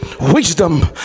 wisdom